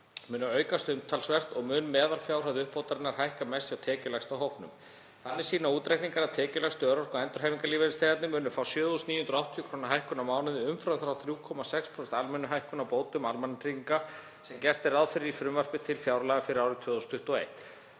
munu aukast umtalsvert og mun meðalfjárhæð uppbótarinnar hækka mest hjá tekjulægsta hópnum. Þannig sýna útreikningar að tekjulægstu örorku- og endurhæfingarlífeyrisþegarnir munu fá 7.980 kr. hækkun á mánuði umfram þá 3,6% almennu hækkun á bótum almannatrygginga sem gert er ráð fyrir í frumvarpi til fjárlaga fyrir árið 2021.